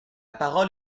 parole